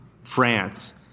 France